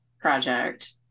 project